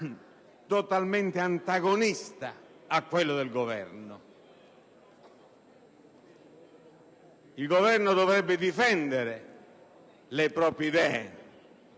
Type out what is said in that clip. totalmente antagonista a quello del Governo, che dovrebbe difendere le proprie idee.